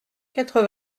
quatre